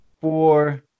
four